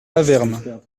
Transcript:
avermes